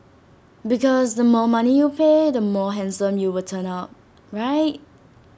because the more money you pay the more handsome you will turn out right